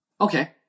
Okay